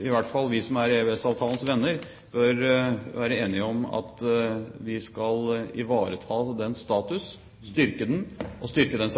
i hvert fall vi som er EØS-avtalens venner, bør være enige om at vi skal ivareta dens status, styrke den og styrke dens